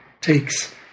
takes